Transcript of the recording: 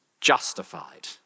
justified